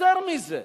יותר מזה,